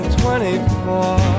24